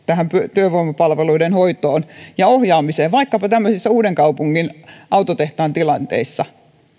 työvoimapalveluiden hoitoon ja ohjaamiseen vaikkapa tämmöisissä uudenkaupungin autotehtaan tilanteissa